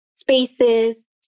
spaces